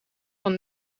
van